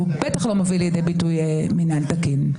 שהוא בטח לא מביא לידי ביטוי מינהל תקין.